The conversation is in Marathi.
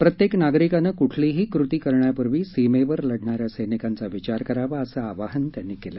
प्रत्येक नागरिकाने कुठलीही कृती करण्यापूर्वी सीमेवर लढणाऱ्या सैनिकांचा विचार करावा असे आवाहन त्यांनी केलं